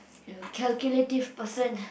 you calculative person